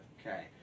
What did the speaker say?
Okay